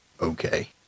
okay